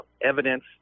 evidence